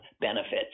benefits